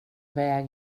väg